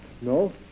No